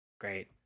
Great